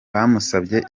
bamusabye